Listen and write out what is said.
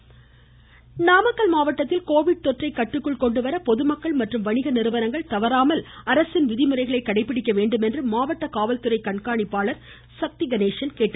இருவரி நாமக்கல் மாவட்டத்தில் கோவிட் தொற்றை கட்டுக்குள் கொண்டுவர பொதுமக்கள் மற்றும் வணிக நிறுவனங்கள் தவறாமல் அரசின் விதிமுறைகளை கடைபிடிக்க வேண்டும் என்று மாவட்ட காவல் கண்காணிப்பாளர் சக்தி கணேசன் கேட்டுக்கொண்டுள்ளார்